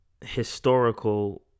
historical